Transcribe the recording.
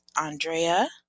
Andrea